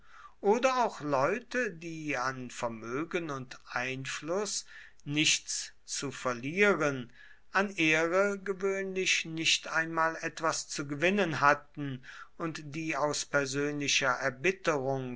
oder auch leute die an vermögen und einfluß nichts zu verlieren an ehre gewöhnlich nicht einmal etwas zu gewinnen hatten und die aus persönlicher erbitterung